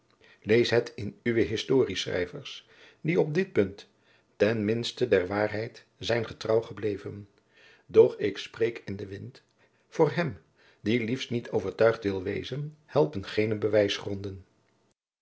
lees het in uwe historieschrijvers die op dit punt ten minsten der waarheid zijn getrouw gebleven doch ik spreek in den wind voor hem die liefst niet overtuigd wil wezen helpen geene